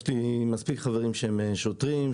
יש לי מספיק חברים שהם שוטרים,